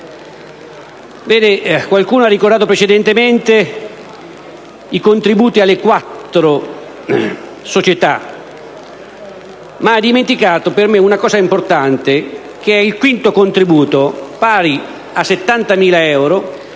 qualcuno ha ricordato precedentemente i contributi ai quattro enti, ma ha dimenticato, a mio parere, una cosa importante, il quinto contributo, pari a 70.000 euro,